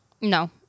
No